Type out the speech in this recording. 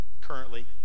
currently